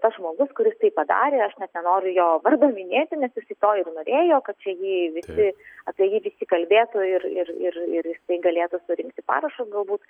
tas žmogus kuris tai padarė aš net nenoriu jo vardo minėti nes jisai to ir norėjo kad čia jį visi apie jį visi kalbėtų ir ir ir ir jisai galėtų surinkti parašus galbūt